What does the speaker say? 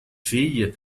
filles